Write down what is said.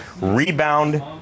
rebound